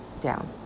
down